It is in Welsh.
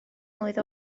mlwydd